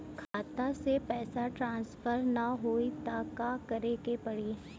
खाता से पैसा ट्रासर्फर न होई त का करे के पड़ी?